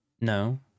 No